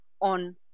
on